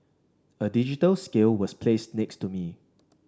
a digital scale was placed next to me